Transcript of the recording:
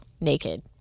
naked